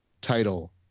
title